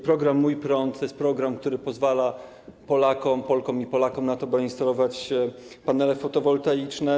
Program „Mój prąd” to jest program, który pozwala Polkom i Polakom na to, by instalować panele fotowoltaiczne.